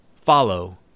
follow